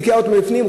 קעקע אותו מבפנים,